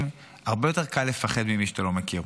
הרבה יותר קל לפחד ממי שאתה לא מכיר.